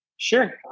Sure